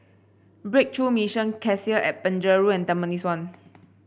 Breakthrough Mission Cassia at Penjuru and Tampines one